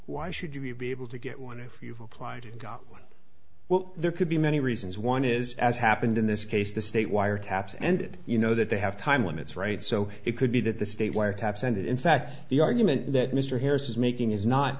why should you be able to get one if you've applied to go well there could be many reasons one is as happened in this case the state wiretaps ended you know that they have time limits right so it could be that the state wiretaps and in fact the argument that mr harris is making is not